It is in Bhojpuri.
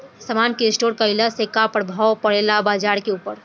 समान के स्टोर काइला से का प्रभाव परे ला बाजार के ऊपर?